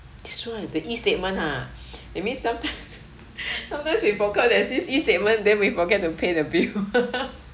this [one] the e statement ha it means sometimes sometimes we forgot there's this e statement then we forget to pay the bill